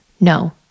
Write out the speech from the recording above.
No